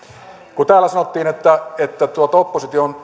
kun täällä sanottiin että että opposition